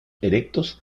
erectos